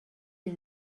you